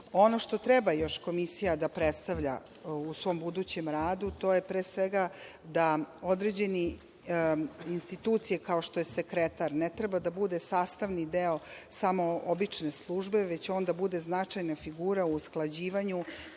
što treba još Komisija da predstavlja u svom budućem radu to je pre svega, da određene institucije kao što je sekretar, ne treba da bude sastavni deo samo obične službe već on da bude značajna figura u usklađivanju,